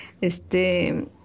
Este